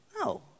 No